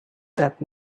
that